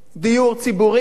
דיור ציבורי זה